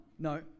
No